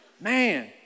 Man